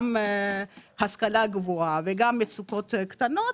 גם השכלה גבוהה וגם מצוקות קטנות,